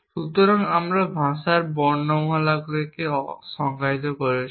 সুতরাং আমরা ভাষার বর্ণমালাকে সংজ্ঞায়িত করছি